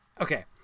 Okay